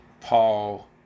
Paul